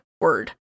word